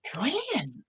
brilliant